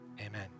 Amen